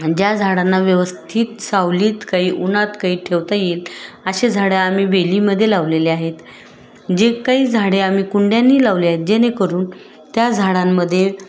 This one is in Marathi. ज्या झाडांना व्यवस्थित सावलीत काही उन्हात काही ठेवता येईल असे झाडं आम्ही वेलीमध्ये लावलेले आहेत जे काही झाडे आम्ही कुंड्यांनी लावले आहेत जेणेकरून त्या झाडांमध्ये